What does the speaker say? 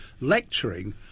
lecturing